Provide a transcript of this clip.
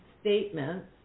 statements